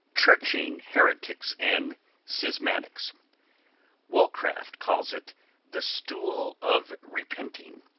churching heretics and schismatics. wolecraft calls it the stoole of repentynge,